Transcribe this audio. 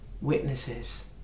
witnesses